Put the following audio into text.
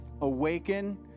awaken